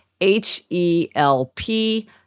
H-E-L-P